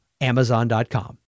Amazon.com